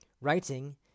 Writing